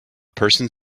person